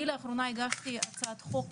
אני לאחרונה הגשתי הצעת חוק,